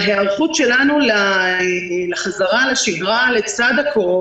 ההיערכות שלנו לחזרה לשגרה לצד הקורונה